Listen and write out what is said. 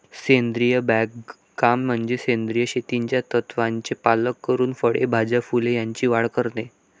सेंद्रिय बागकाम म्हणजे सेंद्रिय शेतीच्या तत्त्वांचे पालन करून फळे, भाज्या, फुले यांची वाढ करणे